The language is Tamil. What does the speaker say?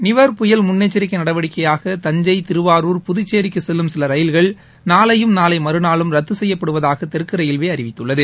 நிவர் புயல் முன்னெச்சரிக்கை நடவடிக்கையாக தஞ்சை திருவாரூர் புதுச்சேரிக்கு செல்லும் சில ரயில்கள் நாளையும் நாளை மறுநாளும் ரத்து செய்யப்படுவதாக தெற்கு ரயில்வே அறிவித்துள்ளது